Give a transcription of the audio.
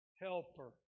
helper